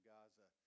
Gaza